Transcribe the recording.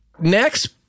next